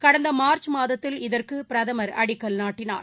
கடந்த மார்ச் மாதத்தில் இதற்கு பிரதமர் அடிக்கல் நாட்டினார்